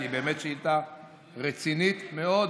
כי היא באמת שאילתה רצינית מאוד.